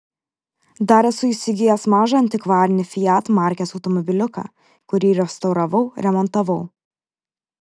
dar esu įsigijęs mažą antikvarinį fiat markės automobiliuką kurį restauravau remontavau